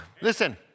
Listen